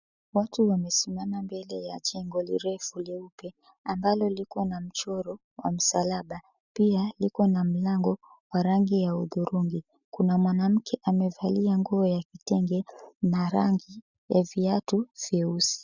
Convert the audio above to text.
Watu wamesimama mbele ya jengo lirefu leupe ambalo liko na mchoro wa msalaba, pia iko na mlango wa rangi ya hudhurungi. Kuna mwanamke amevalia nguo ya kitenge na rangi ya viatu vyeusi.